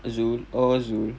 zul oh zul